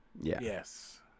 Yes